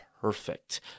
perfect